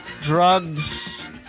Drugs